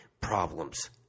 problems